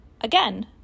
again